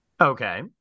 Okay